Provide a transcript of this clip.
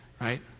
Right